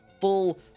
full